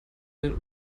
den